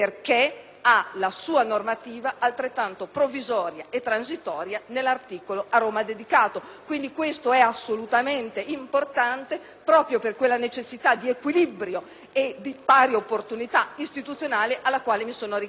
ha la sua normativa, altrettanto provvisoria e transitoria, nell'articolo a lei dedicato. Questo, quindi, è assolutamente importante, proprio per quella necessità di equilibrio e pari opportunità istituzionale alla quale mi sono richiamata.